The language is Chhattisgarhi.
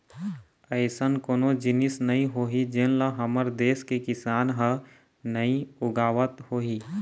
अइसन कोनो जिनिस नइ होही जेन ल हमर देस के किसान ह नइ उगावत होही